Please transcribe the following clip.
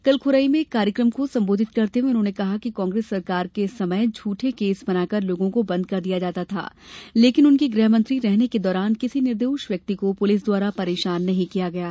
कल खुरई में एक कार्यक्रम को संबोधित करते हए उन्होंने कहा कि कांग्रेस सरकार के समय झठे केस बनाकर लोगों को बंद कर दिया जाता था लेकिन उनके गृहमंत्री रहने के दौरान किसी निर्दोष व्यक्ति को पुलिस द्वारा परेशान नहीं किया है